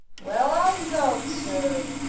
well, i thought so.